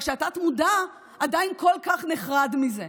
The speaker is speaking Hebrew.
רק שהתת-מודע עדיין כל כך נחרד מזה.